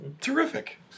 Terrific